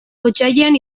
otsailean